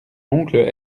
oncle